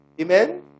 Amen